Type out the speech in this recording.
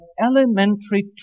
elementary